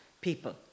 people